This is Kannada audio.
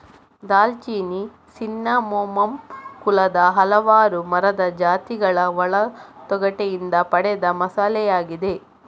ದಾಲ್ಚಿನ್ನಿ ಸಿನ್ನಮೋಮಮ್ ಕುಲದ ಹಲವಾರು ಮರದ ಜಾತಿಗಳ ಒಳ ತೊಗಟೆಯಿಂದ ಪಡೆದ ಮಸಾಲೆಯಾಗಿದೆ